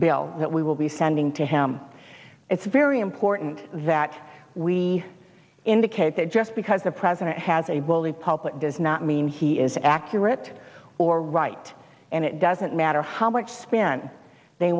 bill that we will be sending to him it's very important that we indicate that just because the president has a bully public does not mean he is accurate or right and it doesn't matter how much spin they